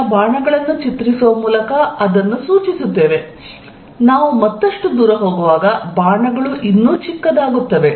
ಸಣ್ಣ ಬಾಣಗಳನ್ನು ಚಿತ್ರಿಸುವ ಮೂಲಕ ಅದನ್ನು ಸೂಚಿಸುತ್ತೇವೆ ನಾವು ಮತ್ತಷ್ಟು ದೂರ ಹೋಗುವಾಗ ಬಾಣಗಳು ಇನ್ನೂ ಚಿಕ್ಕದಾಗುತ್ತವೆ